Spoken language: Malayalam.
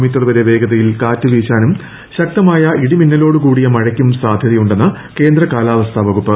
മീ വരെ പ്പേശ്തയിൽ ്കാറ്റ് വീശാനും ശക്തമായ ഇടിമിന്നലോട് കൂടിയ കൃഷ്ണ്ക്കും സാധ്യതയുണ്ടെന്ന് കേന്ദ്ര കാലാവസ്ഥ വകുപ്പ്